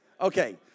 Okay